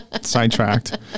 sidetracked